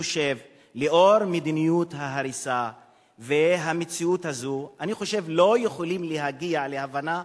לנוכח מדיניות ההריסה והמציאות הזאת אני חושב שלא יכולים להגיע להבנה